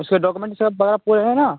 उसके डाक्यूमेन्ट सब पूरा हैं ना